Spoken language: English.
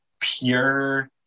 pure